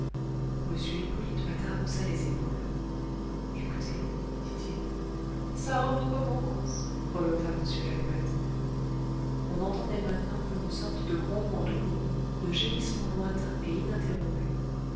m hippolyte patard haussa les épaules écoutez dit-il ça recommence grelotta m lalouette on entendait maintenant comme une sorte de grondement douloureux de gémissement lointain et ininterrompu